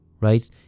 right